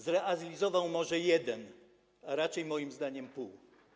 Zrealizowano może jeden, a raczej, moim zdaniem, pół.